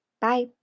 Bye